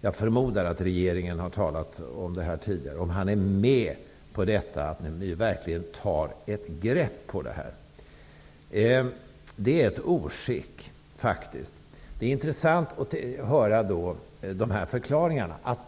jag förmodar att regeringen har talat om det här tidigare -- blir en av mina frågor följande: Är skatteministern med på att det verkligen tas ett grepp här? Detta är faktiskt ett oskick, och det är intressant att höra förklaringarna.